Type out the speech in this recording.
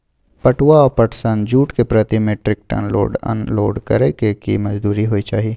पटुआ या पटसन, जूट के प्रति metric ton load unload करै के की मजदूरी होय चाही?